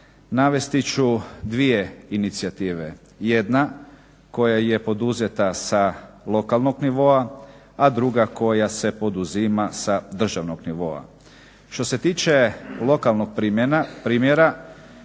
navesti ću dvije inicijative. Jedna koja je poduzeta sa lokalnog nivoa, a druga koja se poduzima sa državnog nivoa. Što se tiče lokalnog primjera